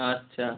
আচ্ছা